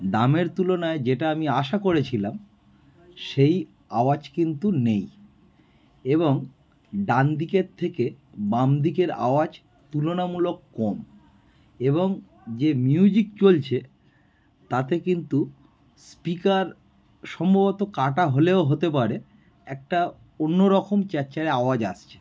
দামের তুলনায় যেটা আমি আশা করেছিলাম সেই অওয়াজ কিন্তু নেই এবং ডান দিকের থেকে বাম দিকের আওয়াজ তুলনামূলক কম এবং যে মিউজিক চলছে তাতে কিন্তু স্পিকার সম্ভবত কাটা হলেও হতে পারে একটা অন্য রকম চ্যারচেরে আওয়াজ আসছে